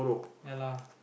ya lah